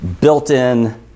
built-in